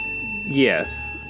Yes